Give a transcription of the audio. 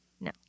No